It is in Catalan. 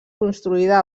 construïda